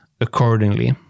accordingly